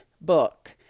book